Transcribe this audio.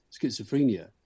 schizophrenia